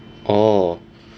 orh